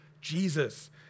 Jesus